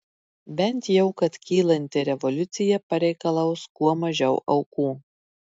bent jau kad kylanti revoliucija pareikalaus kuo mažiau aukų